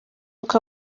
uko